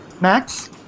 max